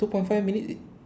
two point five minutes